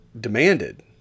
demanded